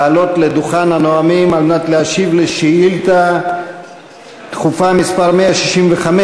לעלות לדוכן הנואמים על מנת להשיב על שאילתה דחופה מס' 165